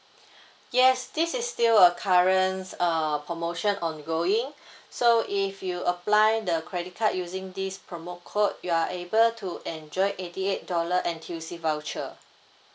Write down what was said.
yes this is still a currents uh promotion ongoing so if you apply the credit card using this promo code you are able to enjoy eighty eight dollar N_T_U_C voucher